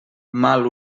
mal